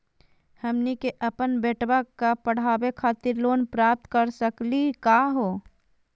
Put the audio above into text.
हमनी के अपन बेटवा क पढावे खातिर लोन प्राप्त कर सकली का हो?